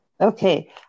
okay